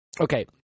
Okay